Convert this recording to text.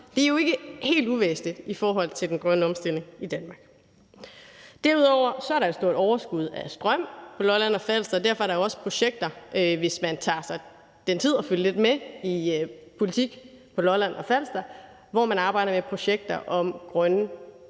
Det er jo ikke helt uvæsentligt i forhold til den grønne omstilling i Danmark. Derudover er der et stort overskud af strøm på Lolland og Falster, og derfor er der også projekter – hvis man tager sig den tid at følge lidt med i politik på Lolland og Falster – hvor man arbejder med projekter om grønne